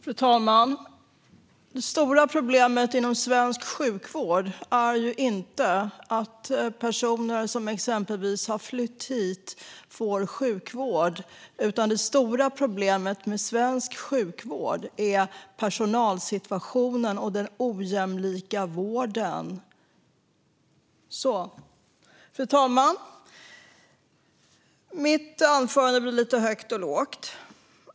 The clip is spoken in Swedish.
Fru talman! Det stora problemet inom svensk sjukvård är inte att personer som exempelvis har flytt hit får sjukvård, utan det stora problemet med svensk sjukvård är personalsituationen och den ojämlika vården. Fru talman! Mitt anförande blir lite högt och lågt.